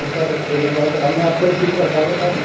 तो सर एक बार मैं आपको रिपीट करता हूँ सारी